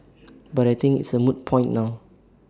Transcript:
but I think it's A moot point now